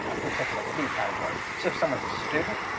ah particular fee category. so if someone's a student,